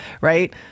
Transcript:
right